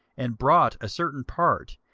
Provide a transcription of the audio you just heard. and brought a certain part,